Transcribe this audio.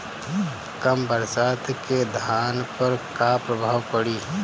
कम बरसात के धान पर का प्रभाव पड़ी?